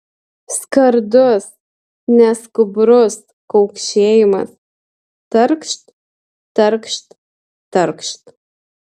skardus neskubrus kaukšėjimas tarkšt tarkšt tarkšt